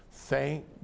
Thank